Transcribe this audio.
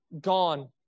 gone